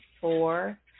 four